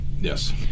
Yes